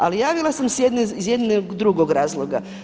Ali javila sam se iz jednog drugog razloga.